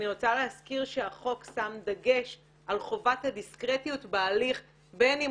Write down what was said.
אני רוצה להזכיר שהחוק שם דגש על חובת הדיסקרטיות בהליך בין אם